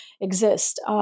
exist